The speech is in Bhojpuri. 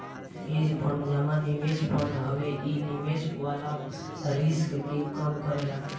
हेज फंड जमा निवेश फंड हवे इ निवेश वाला रिस्क के कम करेला